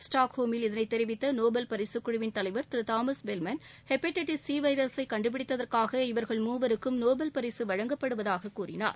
ஸ்டாக்ஹோமில் இதனை தெரிவித்த நோபல் பரிசுக் குழுவிள் தலைவர் திரு தாமஸ் பெர்ல்மென் ஹெப்பட்டீஸ் சி வைரஸை கண்டுபிடித்தற்காக இவர்கள் மூவருக்கும் நோபல் பரிசு வழங்கப்படுவதாக கூறினார்